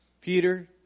Peter